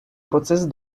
процес